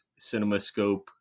CinemaScope